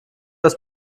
aus